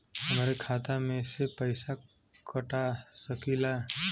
हमरे खाता में से पैसा कटा सकी ला?